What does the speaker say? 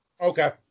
Okay